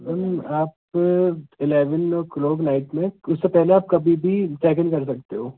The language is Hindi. मैम आप एलेवन ओ क्लोक नाइट में उससे पहले आप कभी भी चेक इन कर सकते हो